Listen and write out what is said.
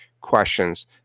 questions